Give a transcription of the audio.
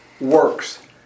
works